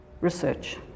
research